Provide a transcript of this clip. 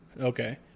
Okay